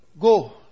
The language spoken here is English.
Go